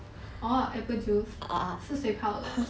orh apple juice 是谁泡的